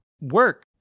work